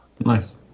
Nice